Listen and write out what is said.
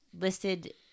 listed